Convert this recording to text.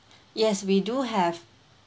yes we do have